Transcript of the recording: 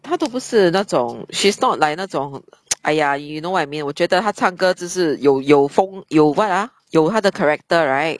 他都不是那种 she's not like 那种 !aiya! you know what I mean 我觉得他唱歌只是有有风有 [what] ah 有他的 character right